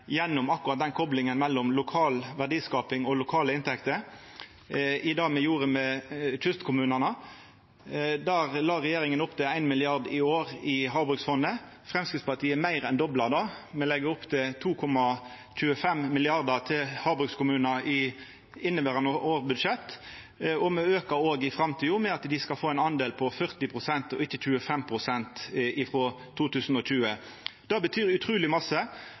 gjennom akkurat den koplinga mellom lokal verdiskaping og lokale inntekter. Når det gjeld det me gjorde med kystkommunane, la regjeringa opp til 1 mrd. kr i år i havbruksfondet. Framstegspartiet meir enn dobla det. Me legg opp til 2,25 mrd. kr til havbrukskommunar i inneverande års budsjett. Og me aukar òg i framtida ved at dei skal få ein del på 40 pst., og ikkje 25 pst., frå 2020. Det betyr